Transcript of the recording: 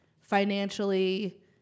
financially